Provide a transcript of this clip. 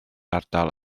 ardal